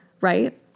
right